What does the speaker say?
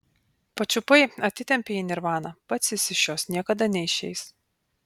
pačiupai atitempei į nirvaną pats jis iš jos niekada neišeis